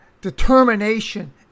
determination